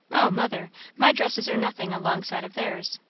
o, mother, my dresses are nothing alongside of theirs.